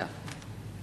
גפני.